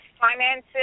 finances